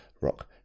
rock